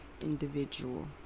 individual